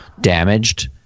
damaged